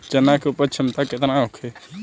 चना के उपज क्षमता केतना होखे?